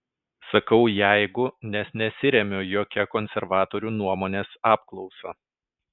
sakau jeigu nes nesiremiu jokia konservatorių nuomonės apklausa